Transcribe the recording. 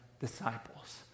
disciples